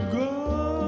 go